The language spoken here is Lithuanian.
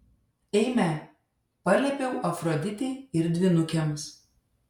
eime paliepiau afroditei ir dvynukėms